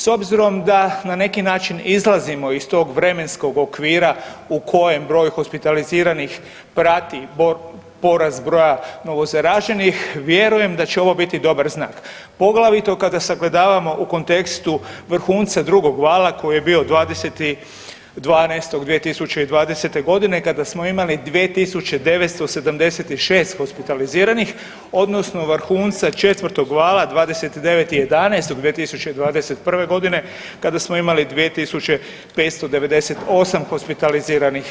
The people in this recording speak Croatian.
S obzirom da na neki način izlazimo iz tog vremenskog okvira u kojem broj hospitaliziranih prati porast broja novozaraženih vjerujem da će ovo biti dobar znak, poglavito kada sagledavamo u kontekstu vrhunca drugog vala koji je bio 20.12.2020. godine kada smo imali 2.976 hospitaliziranih odnosno vrhunaca četvrtog vala 29.11.2021. godine kada smo imali 2.598 hospitaliziranih.